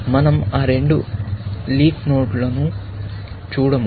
కాబట్టి మనం ఆ రెండు లీఫ్ నోడ్లను చూడము